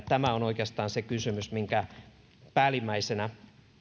tämä on oikeastaan se kysymys minkä päällimmäisenä